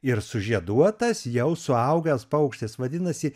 ir sužieduotas jau suaugęs paukštis vadinasi